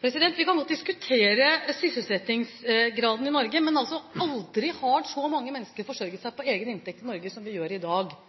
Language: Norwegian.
Vi kan godt diskutere sysselsettingsgraden i Norge, men aldri har så mange mennesker forsørget seg på egen inntekt i Norge som i dag. Vi er absolutt i